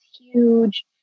huge